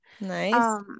Nice